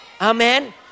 Amen